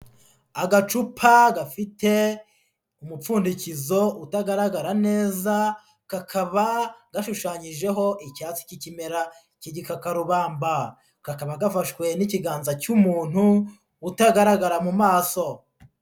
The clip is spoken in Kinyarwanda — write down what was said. Agacupa gafite umupfundikizo utagaragara neza, kakaba gashushanyijeho icyatsi k'ikimera cy'igikakarubamba, kakaba gafashwe n'ikiganza cy'umuntu utagaragara mu maso.